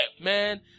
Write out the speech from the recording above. man